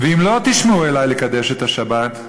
"ואם לא תשמעו אלי לקדש את יום השבת"